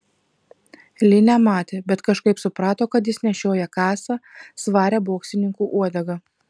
li nematė bet kažkaip suprato kad jis nešioja kasą svarią boksininkų uodegą